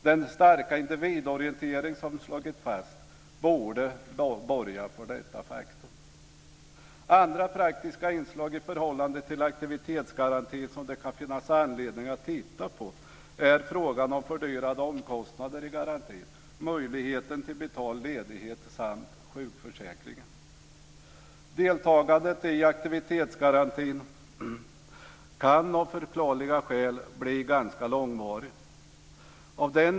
Den starka individorientering som slagits fast borde borga för detta faktum. Andra praktiska inslag i förhållande till aktivitetsgarantin som det kan finnas anledning att titta på är frågor om fördyrande omkostnader i garantin, möjligheten till betald ledighet och sjukförsäkringen. Deltagandet i aktivitetsgarantin kan av förklarliga skäl bli ganska långvarig.